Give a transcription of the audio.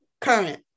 Current